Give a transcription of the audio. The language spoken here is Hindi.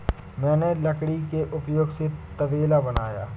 मैंने लकड़ी के उपयोग से तबेला बनाया